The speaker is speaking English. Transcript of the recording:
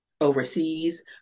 overseas